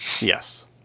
yes